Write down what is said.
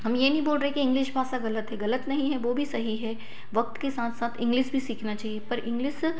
हम ये नहीं बोल रहे कि इंग्लिश भाषा गलत है ग़लत नहीं है वो भी सही है वक़्त के साथ साथ इंग्लिस भी सीखना चाहिए पर इंग्लिस